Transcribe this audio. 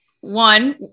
one